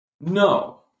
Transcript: No